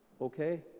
okay